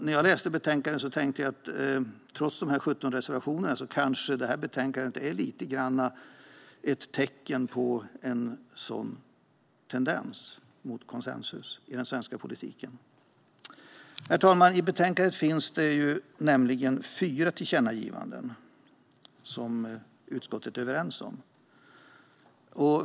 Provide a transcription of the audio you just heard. När jag läste betänkandet tänkte jag, trots de 17 reservationerna, att det är ett litet tecken på en sådan tendens mot konsensus i den svenska politiken. I betänkandet finns nämligen fyra tillkännagivanden som utskottet är överens om.